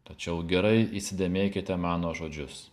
tačiau gerai įsidėmėkite mano žodžius